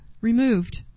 removed